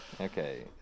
Okay